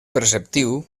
preceptiu